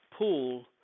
pool